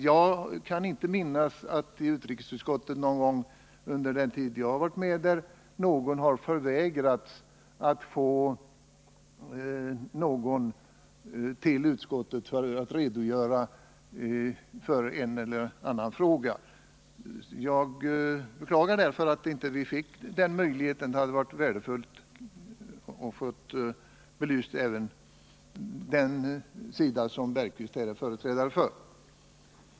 Jag kan inte minnas att utrikesutskottet någon gång under den tid jag varit med där har förvägrat någon att komma till utskottet för att redogöra för en eller annan fråga. Jag beklagar därför att vi inte fick den möjligheten, ty det hade varit värdefullt att få även den sidan belyst som herr Bergqvist företräder.